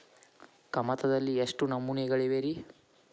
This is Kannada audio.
ಕಮತದಲ್ಲಿ ಎಷ್ಟು ನಮೂನೆಗಳಿವೆ ರಿ?